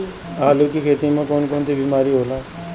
आलू की खेती में कौन कौन सी बीमारी होला?